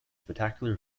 spectacular